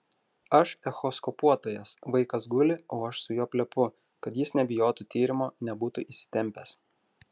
aš echoskopuotojas vaikas guli o aš su juo plepu kad jis nebijotų tyrimo nebūtų įsitempęs